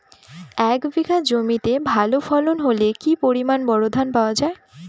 এক বিঘা জমিতে ভালো ফলন হলে কি পরিমাণ বোরো ধান পাওয়া যায়?